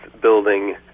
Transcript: building